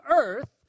earth